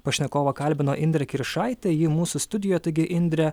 pašnekovą kalbino indrė kiršaitė ji mūsų studijoje taigi indre